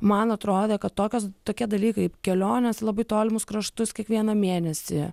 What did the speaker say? man atrodė kad tokios tokie dalykai kelionės į labai tolimus kraštus kiekvieną mėnesį